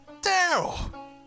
Daryl